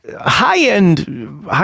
High-end